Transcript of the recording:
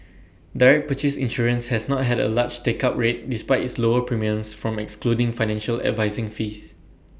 direct purchase insurance has not had A large take up rate despite its lower premiums from excluding financial advising fees